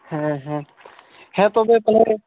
ᱦᱮᱸ ᱦᱮᱸ ᱦᱮᱛᱚᱵᱮ ᱛᱟᱞᱚᱦᱮ